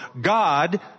God